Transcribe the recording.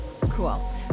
Cool